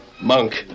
Monk